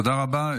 תודה רבה.